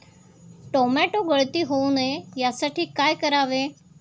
Tomato गळती होऊ नये यासाठी काय करावे?